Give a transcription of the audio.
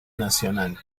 nacional